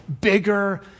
bigger